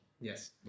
Yes